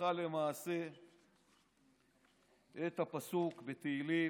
הלכה למעשה את הפסוק בתהילים: